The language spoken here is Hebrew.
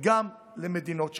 וגם למדינות שכנות.